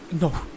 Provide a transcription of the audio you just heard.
No